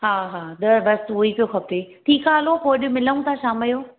हा हा ॾह बसि उहो ई पियो खपे ठीकु आहे हलो पोइ अॼु मिलूं था शाम जो